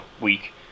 week